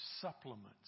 supplements